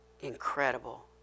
incredible